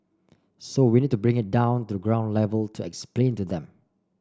so we need to bring it down to the ground level to explain to them